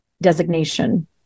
designation